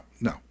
no